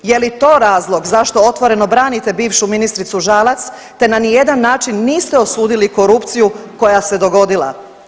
Je li to razlog zašto otvoreno branite bivšu ministricu Žalac te na nijedan način niste osudili korupciju koja se dogodila.